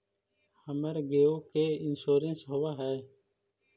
हमर गेयो के इंश्योरेंस होव है?